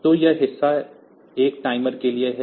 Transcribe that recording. तो यह हिस्सा 1 टाइमर के लिए है